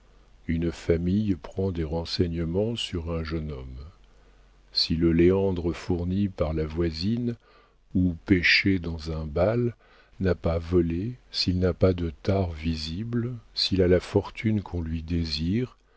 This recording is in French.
une famille prend des renseignements sur un jeune homme si le léandre fourni par la voisine ou pêché dans un bal n'a pas volé s'il n'a pas de tare visible s'il a la fortune qu'on lui désire